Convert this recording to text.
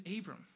Abram